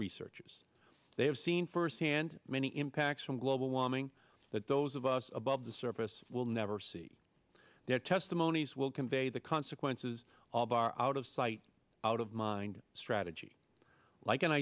researchers they have seen firsthand many impacts from global warming that those of us above the surface will never see their testimonies will convey the consequences of our out of sight out of mind strategy like an